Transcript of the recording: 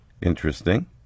Interesting